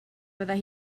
fyddai